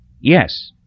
Yes